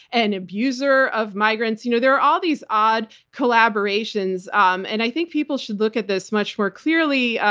an abuser of migrants. you know there are all these odd collaborations, um and i think people should look at this much more clearly.